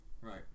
Right